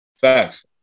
Facts